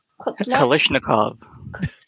Kalishnikov